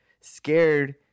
scared